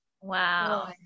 Wow